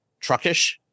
truckish